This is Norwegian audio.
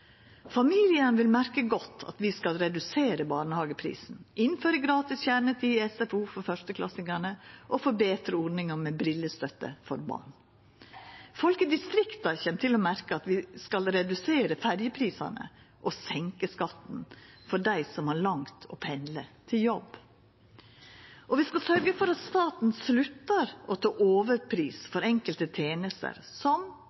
vil merkja godt at vi skal redusera barnehageprisen, innføra gratis kjernetid i SFO for førsteklassingane og forbetra ordninga med brillestøtte for barn. Folk i distrikta kjem til å merkja at vi skal redusera ferjeprisane og senka skatten for dei som har langt å pendla til jobb. Og vi skal sørgja for at staten sluttar å ta overpris for enkelte tenester, som